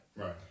Right